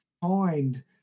find